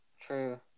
true